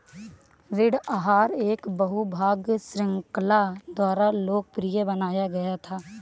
ऋण आहार एक बहु भाग श्रृंखला द्वारा लोकप्रिय बनाया गया था